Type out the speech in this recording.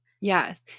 Yes